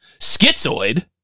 Schizoid